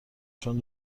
چون